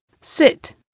SIT